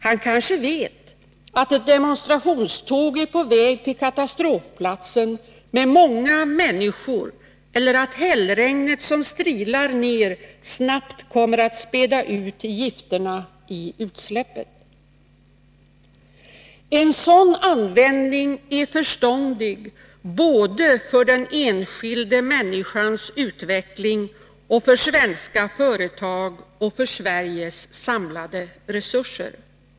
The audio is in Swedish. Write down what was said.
Han kanske vet att ett demonstrationståg är på väg till katastrofplatsen med många människor, eller att hällregnet som strilar ner snabbt kommer att späda ut gifterna i utsläppet. En sådan användning är förståndig både för den enskilda människans utveckling och för svenska företag och för Sveriges samlade resurser.